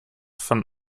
von